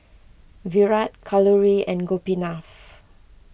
Virat Kalluri and Gopinath